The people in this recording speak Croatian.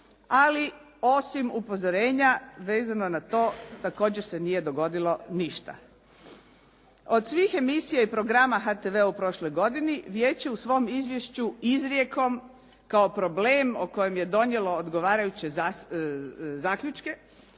ali osim upozorenja vezano na to također se nije dogodilo ništa. Od svih emisija i programa HTV-a u prošloj godini vijeće u svom izvješću izrijekom kao problem o kojem je donijelo odgovarajuće zaključke